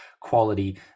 quality